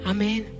Amen